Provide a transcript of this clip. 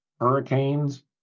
hurricanes